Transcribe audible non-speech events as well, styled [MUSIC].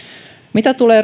mitä tulee [UNINTELLIGIBLE]